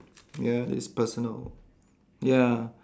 ya it's personal ya